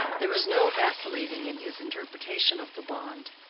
there was no vacillating in his interpretation of the bond.